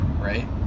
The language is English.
right